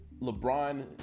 LeBron